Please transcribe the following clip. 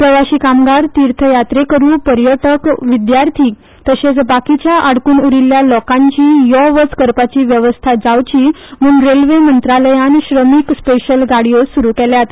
प्रवासी कामगार तीर्थयात्रेकरु पर्यटक विद्यार्थी तशेच बाकीच्या आडकुन उरिल्ल्या लोकांची यो वच करपाची व्यवस्था जावची म्हण रेल्वे मंत्रालयान श्रमिक स्पेशल गाडयो सुरू केल्यात